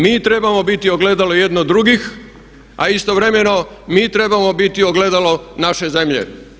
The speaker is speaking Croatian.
Mi trebamo biti ogledalo jedni drugih a istovremeno mi trebamo biti ogledalo naše zemlje.